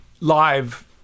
live